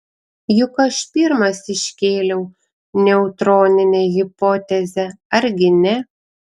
juk aš pirmas iškėliau neutroninę hipotezę argi ne